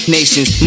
nations